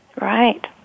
Right